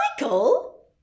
Michael